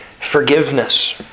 forgiveness